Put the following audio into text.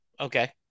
Okay